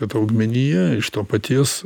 kad augmenija iš to paties